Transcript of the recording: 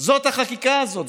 זאת החקיקה הזאת.